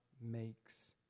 makes